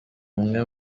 umwe